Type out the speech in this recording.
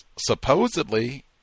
supposedly